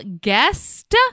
guest